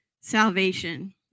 salvation